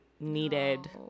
needed